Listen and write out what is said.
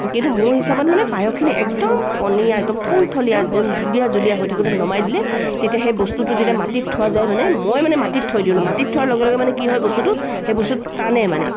কিন্তু মোৰ হিচাপত মানে পায়সখিনি একদম পনীয়া একদম থলথলিয়া একদম জুলীয়া জুলীয়া হৈ থাকোঁতে নমাই দিলে তেতিয়া সেই বস্তুটো যেতিয়া মাটিত থোৱা যায় মানে মই মানে মাটিত থওঁ দিওঁ মাটিত থোৱাৰ লগে লগে মানে কি হয় বস্তুটো সেই বস্তুটো টানে মানে